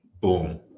boom